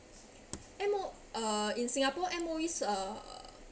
M_O~ uh in singapore M_O_E's uh